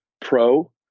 Pro